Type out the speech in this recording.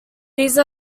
these